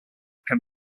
can